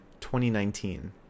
2019